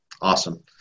Awesome